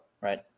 right